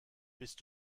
bist